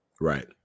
Right